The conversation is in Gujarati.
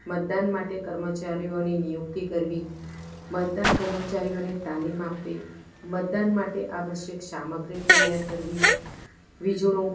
મતદાન માટે કર્મચારીઓની નિયુક્તિ કરવી મતદાન કર્મચારીઓને તાલીમ આપવી મતદાન માટે આવશ્યક સામગ્રી તૈયાર કરવી વિજોણું